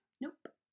Nope